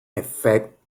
effect